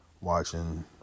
watching